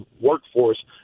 workforce